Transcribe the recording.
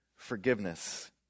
forgiveness